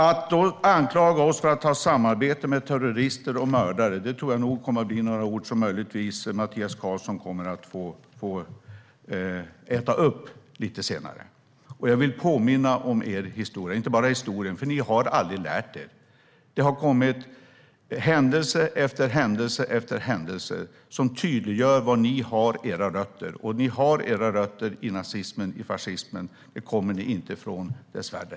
Att då anklaga oss för att ha samröre med terrorister och mördare är något som jag tror att Mattias Karlsson kommer att få äta upp lite senare. Jag vill påminna om Sverigedemokraternas historia. Ni har aldrig lärt er. Händelse efter händelse tydliggör var ni har era rötter. Ni har era rötter i nazismen och fascismen. Det kommer ni inte ifrån, dessvärre.